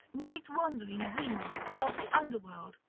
night-wandering brimo, of the underworld,